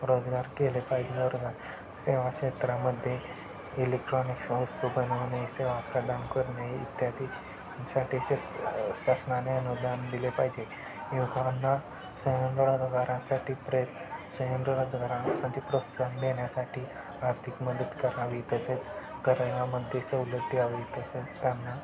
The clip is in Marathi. रोजगार केले पाहिजेत नर सेवा क्षेत्रामध्ये इलेक्ट्रॉनिक्स वस्तू बनवणे सेवा प्रदान करणे इत्यादीसाठी शेत शासनाने अनुदान दिले पाहिजे युवकांना स्वयंरोजगारासाठी प्रे स्वयं रोजगारांसाठी प्रोत्साहन देण्यासाठी आर्थिक मदत करावी तसेच कायद्यामध्ये सवलती हवी तसेच त्यांना